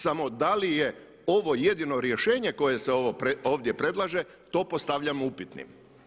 Samo da li je ovo jedino rješenje koje se ovdje predlaže to postavljamo upitnim.